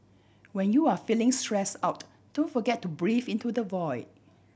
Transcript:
when you are feeling stress out don't forget to breathe into the void